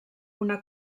una